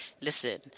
listen